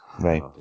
Right